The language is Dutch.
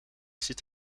zit